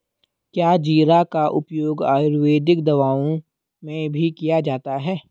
क्या जीरा का उपयोग आयुर्वेदिक दवाओं में भी किया जाता है?